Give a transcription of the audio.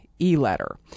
e-letter